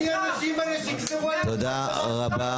מי האנשים האלה שיגזרו עלינו --- תודה רבה.